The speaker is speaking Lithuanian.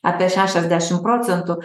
apie šešiasdešim procentų